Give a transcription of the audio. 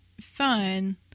fun